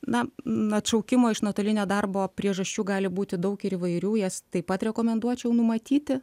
na na atšaukimo iš nuotolinio darbo priežasčių gali būti daug ir įvairių jas taip pat rekomenduočiau numatyti